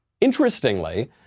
interestingly